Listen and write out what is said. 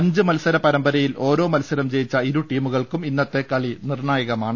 അഞ്ച് മത്സര പരമ്പര യിൽ ഓരോ മത്സരം ജയിച്ച ഇരൂടീമുകൾക്കും ഇന്നത്തെ കളി നിർണ്ണായകമാണ്